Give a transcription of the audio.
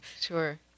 Sure